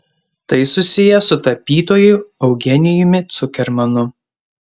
tai susiję su tapytoju eugenijumi cukermanu